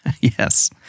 Yes